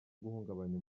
guhungabanya